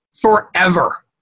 Forever